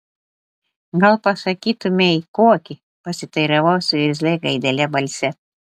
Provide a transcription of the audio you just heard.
gal pasakytumei kokį pasiteiravau su irzlia gaidele balse